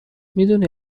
میدونی